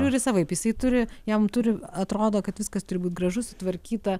žiūri savaip jisai turi jam turi atrodo kad viskas turi būt gražu sutvarkyta